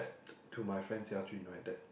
to my friend Jia Jun right that